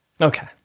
Okay